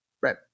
right